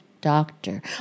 doctor